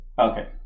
Okay